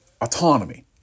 Autonomy